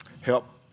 Help